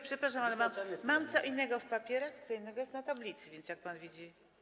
Przepraszam, ale co innego mam w papierach, co innego jest na tablicy, więc jak pan widzi.